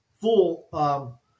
full